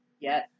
Yes